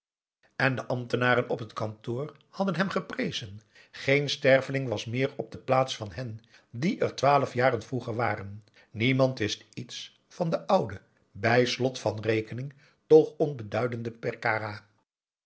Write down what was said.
en de ambtenaren op het kantoor hadden hem geprezen geen sterveling was meer op de plaats van hen die er twaalf jaren vroeger waren niemand wist iets van de oude bij slot van rekening toch onbeduidende perkara